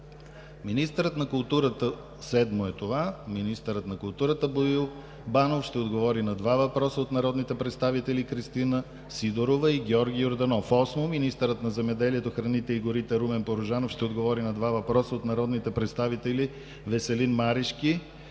Министърът на културата Боил Банов ще отговори на два въпроса от народните представители Кристина Сидорова; и Георги Йорданов. 8. Министърът на земеделието, храните и горите Румен Порожанов ще отговори на 12 въпроса от народните представители Веселин Марешки;